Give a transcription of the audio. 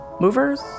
Movers